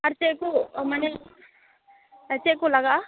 ᱟᱨ ᱪᱮᱫ ᱠᱚ ᱢᱟᱱᱮ ᱪᱮᱫ ᱠᱚ ᱞᱟᱜᱟᱜᱼᱟ